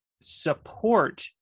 support